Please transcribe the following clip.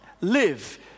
live